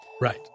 right